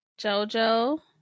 JoJo